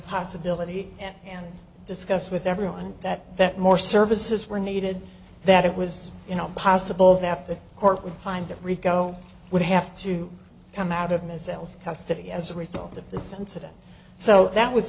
possibility and discuss with everyone that that more services were needed that it was you know possible that the court would find that rico would have to come out of myself custody as a result of the sensitive so that was